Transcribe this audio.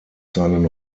seinen